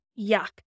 yuck